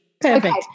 perfect